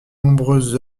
nombreuses